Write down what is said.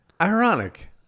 Ironic